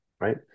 right